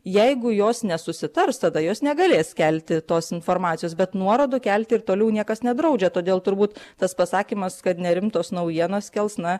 jeigu jos nesusitars tada jos negalės kelti tos informacijos bet nuorodų kelti ir toliau niekas nedraudžia todėl turbūt tas pasakymas kad nerimtas naujienas kels na